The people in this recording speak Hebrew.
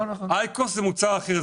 אייקוס זה מוצר אחר.